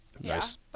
Nice